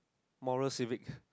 moral civic